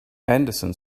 henderson